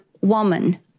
woman